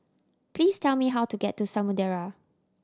please tell me how to get to Samudera